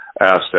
asked